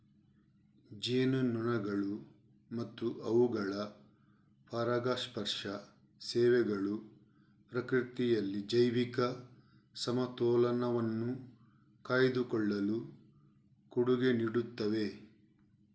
ಜೇನುನೊಣಗಳು ಮತ್ತು ಅವುಗಳ ಪರಾಗಸ್ಪರ್ಶ ಸೇವೆಗಳು ಪ್ರಕೃತಿಯಲ್ಲಿ ಜೈವಿಕ ಸಮತೋಲನವನ್ನು ಕಾಯ್ದುಕೊಳ್ಳಲು ಕೊಡುಗೆ ನೀಡುತ್ತವೆ